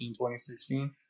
2016